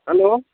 hello